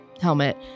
Helmet